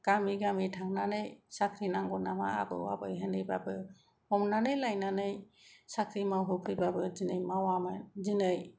गामि गामि थांनानै साख्रि नांगौ नामा आबौ आबै होनहैबाबो हमनानै लायनानै साख्रि मावहो फैबाबो दिनै मावामोन दिनै